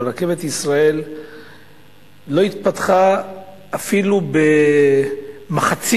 אבל רכבת ישראל לא התפתחה אפילו במחצית